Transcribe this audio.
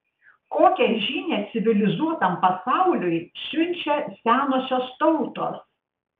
kokią žinią civilizuotam pasauliui siunčia senosios tautos